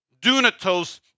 dunatos